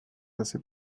assez